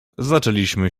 zaczęliśmy